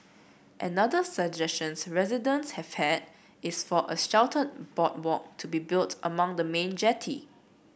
another suggestions residents have had is for a sheltered boardwalk to be built along the main jetty